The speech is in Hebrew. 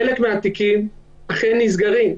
חלק מהתיקים אכן נסגרים.